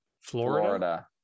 Florida